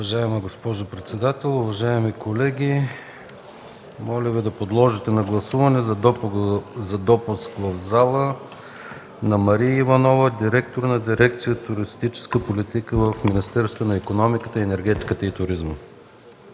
Уважаема госпожо председател, уважаеми колеги! Моля да подложите на гласуване за допуск в залата на Мария Иванова – директор на дирекция „Туристическа политика” в Министерството на икономиката, енергетиката и туризма.